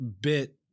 bit